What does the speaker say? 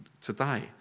today